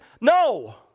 No